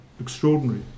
extraordinary